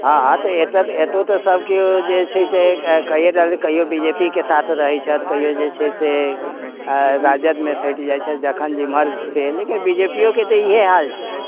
हँ हँ तऽ एतऽ तऽ सभ किओ जे छै से कइए रहल छथि कहिओ बी जे पी के साथ रहै छथि कहिओ जे राजदमे सटि जाइ छथि जखन जे जेम्हरसँ लेकिन बी जे पी योके तऽ इएह हाल छै